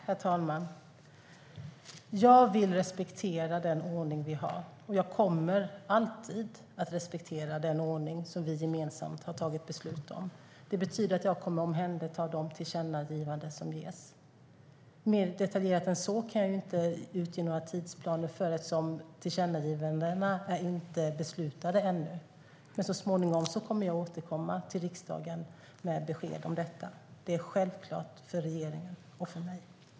Herr talman! Jag vill respektera den ordning vi har, och jag kommer alltid att respektera den ordning som vi gemensamt har tagit beslut om. Det betyder att jag kommer att omhänderta de tillkännagivanden som görs. Mer detaljerat än så kan jag inte redogöra för några tidsplaner eftersom tillkännagivandena inte är beslutade ännu. Men så småningom kommer jag att återkomma till riksdagen med besked om detta. Det är självklart för regeringen och för mig.